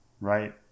right